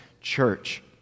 church